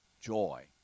joy